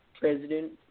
president